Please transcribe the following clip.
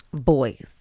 boys